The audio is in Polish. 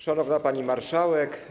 Szanowna Pani Marszałek!